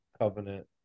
Covenant